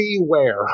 beware